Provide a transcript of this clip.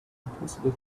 impossible